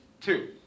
two